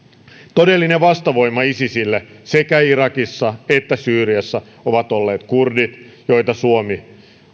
todellinen vastavoima isisille sekä irakissa että syyriassa ovat olleet kurdit joita suomi